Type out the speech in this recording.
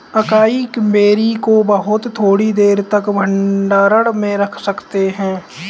acai berry को बहुत थोड़ी देर तक भंडारण में रख सकते हैं